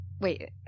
Wait